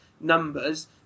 numbers